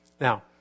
Now